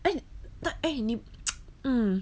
and the eh 你 mm